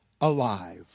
alive